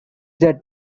that